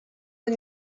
aux